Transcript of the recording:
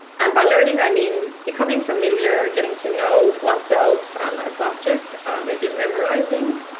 and by learning, i mean becoming familiar, getting to know oneself, and a subject maybe memorising,